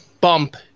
bump